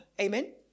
Amen